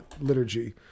liturgy